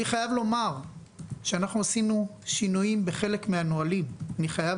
אני חייב לומר שאנחנו עשינו שינויים בחלק מהנהלים; אני חייב